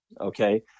Okay